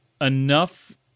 enough